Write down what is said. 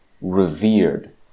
revered